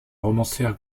romancière